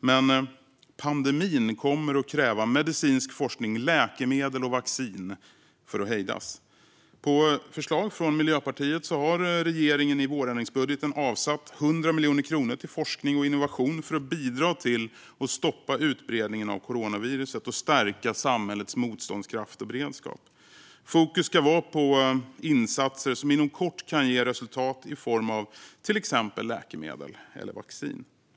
Men pandemin kommer att kräva medicinsk forskning - läkemedel och vaccin - för att hejdas. På förslag från Miljöpartiet har regeringen i vårändringsbudgeten avsatt 100 miljoner kronor till forskning och innovation för att bidra till att stoppa utbredningen av coronaviruset och stärka samhällets motståndskraft och beredskap. Fokus ska vara på insatser som inom kort kan ge resultat i form av exempelvis läkemedel eller vaccin.